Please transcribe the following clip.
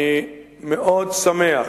אני מאוד שמח